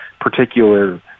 particular